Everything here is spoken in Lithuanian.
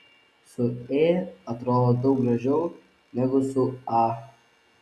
su ė atrodo daug gražiau negu su a